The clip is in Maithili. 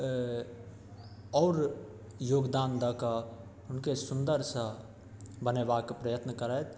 अऽ आओर योगदान दऽ कऽ हुनके सुन्दरसँ बनेबाके प्रयत्न करथि